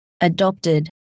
adopted